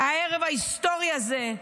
הערב ההיסטורי הזה,